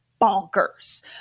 bonkers